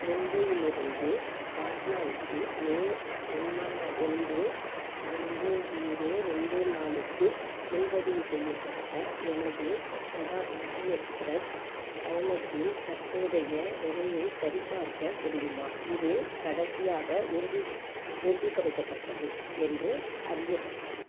மும்பையிலிருந்து பாட்னாவுக்கு மே ஒன்றா ஒன்று ரெண்டு ஜீரோ ரெண்டு நாலுக்கு முன்பதிவு செய்யப்பட்ட எனது சதாப்தி எக்ஸ்பிரஸ் பயணத்தின் தற்போதைய நிலையைச் சரிபார்க்க முடியுமா இது கடைசியாக உறுதிஸ் உறுதிப்படுத்தப்பட்டது என்று அறியப்பட்டது